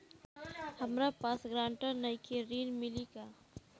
हमरा पास ग्रांटर नईखे ऋण मिली का?